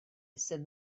sydd